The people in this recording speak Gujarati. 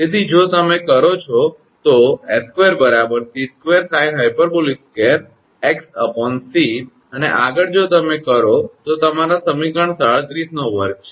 તેથી જો તમે કરો છો તો 𝑠2 𝑐2sinh2𝑥𝑐 અને આગળ જો તમે કરો તો તમારા સમીકરણ 37 નો વર્ગ છે